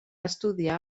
estudiar